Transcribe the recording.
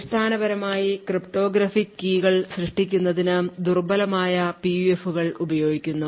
അടിസ്ഥാനപരമായി ക്രിപ്റ്റോഗ്രാഫിക് കീകൾ സൃഷ്ടിക്കുന്നതിന് ദുർബലമായ PUF കൾ ഉപയോഗിക്കുന്നു